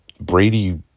Brady